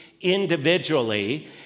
individually